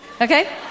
okay